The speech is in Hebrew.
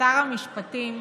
שר המשפטים